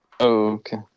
okay